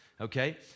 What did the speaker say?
okay